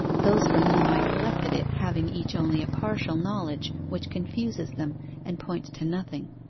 those from whom i collected it having each only a partial knowledge which confuses them and points to nothing.